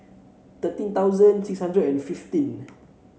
thirteen thousand six hundred and fifteen